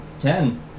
Ten